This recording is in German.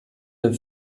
den